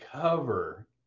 cover